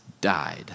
died